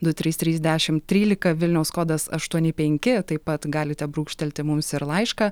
du trys trys dešim trylika vilniaus kodas aštuoni penki taip pat galite brūkštelti mums ir laišką